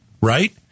Right